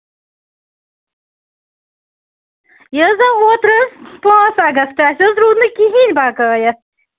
یہِ حظ آو اوترٕ حظ پانٛژھ اَگست اَسہِ حظ روٗد نہٕ کِہیٖنٛۍ بقایا